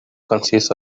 consists